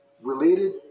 Related